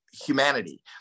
humanity